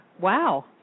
Wow